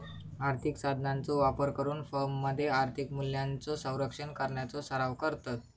आर्थिक साधनांचो वापर करून फर्ममध्ये आर्थिक मूल्यांचो संरक्षण करण्याचो सराव करतत